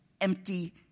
empty